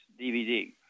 DVD